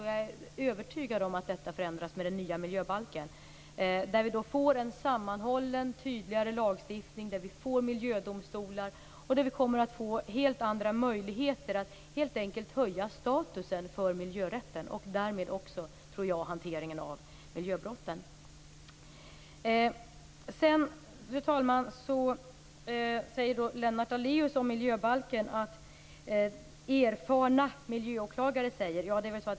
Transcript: Jag är övertygad om att det förändras i och med den nya miljöbalken, där vi får en sammanhållen tydligare lagstiftning. Vi får miljödomstolar, och vi kommer att få helt andra möjligheter att helt enkelt höja statusen för miljörätten och därmed också, tror jag, för hanteringen av miljöbrotten. Fru talman! Lennart Daléus talar om miljöbalken och nämner vad erfarna miljöåklagare säger.